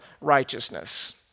righteousness